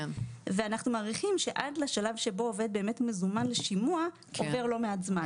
אנחנו מעריכים שעד לשלב שבו עובד באמת מזומן לשימוע עובר לא מעט זמן.